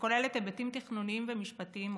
שכוללת היבטים תכנוניים ומשפטים רבים.